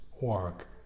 work